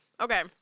Okay